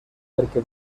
perquè